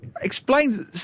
explain